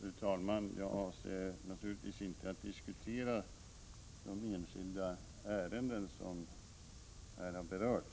Fru talman! Jag avser naturligtvis inte att diskutera de enskilda ärenden som här har berörts.